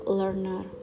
learner